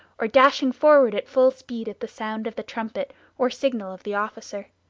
or dashing forward at full speed at the sound of the trumpet or signal of the officer.